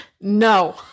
No